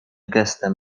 gestem